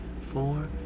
four